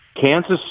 Kansas